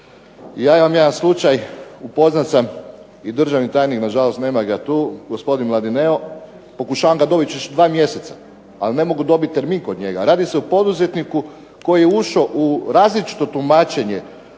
Ja imam jedan slučaj, upoznat sam i državni tajnik, na žalost nema ga tu, gospodin Mladineo. Pokušavam ga dobit već dva mjeseca, ali ne mogu dobit termin kod njega. Radi se o poduzetniku koji je ušao u različito tumačenje